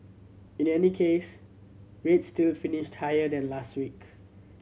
in any case rates still finished higher than last week